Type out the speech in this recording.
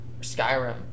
Skyrim